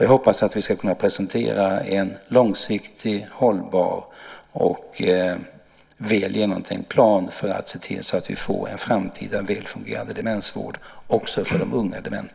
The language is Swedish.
Jag hoppas att vi ska kunna presentera en långsiktigt hållbar och väl genomtänkt plan för att se till så att vi får en framtida väl fungerande demensvård också för de unga dementa.